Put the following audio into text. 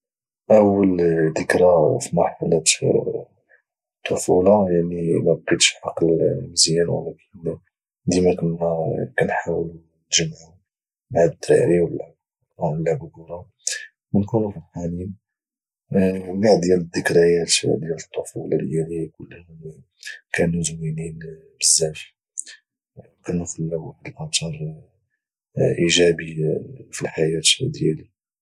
اول ذكرى في مرحله الطفوله يعني ما بقيتش عاقل مزيان ولكن ديما كنا كانحاولوا نتجمعوا مع الدراري ولعبوا كره ونكونوا فرحانين وكاع الدكريات ديال الطفولة ديالي كلهم كانو زوينين بزاف وكانو خلاو واحد الاثر اجابي في الحياة ديالي